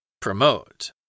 Promote